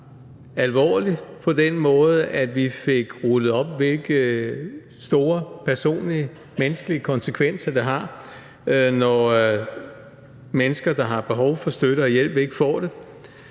alvorlig på den måde, at vi fik rullet op, hvilke store personlige og menneskelige konsekvenser det har, når mennesker, der har behov for støtte og hjælp, ikke får det,